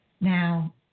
Now